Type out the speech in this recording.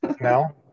No